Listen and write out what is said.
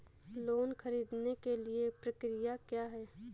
Loan ख़रीदने के लिए प्रक्रिया क्या है?